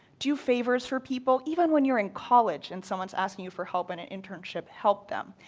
do favors for people even when you're in college and someone is asking you for help in an internship help them?